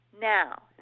now